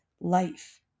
life